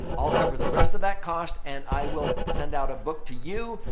i'll cover the rest of that cost and i will send out a book to you.